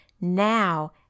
now